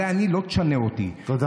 זה אני, לא תשנה אותי, תודה רבה.